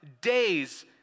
days